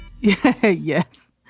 Yes